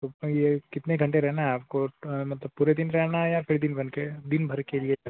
उसमें ये कितने घंटे रहना है आपको मतलब पूरे दिन रहना है या फिर दिन भर के दिन भर के लिए